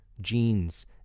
genes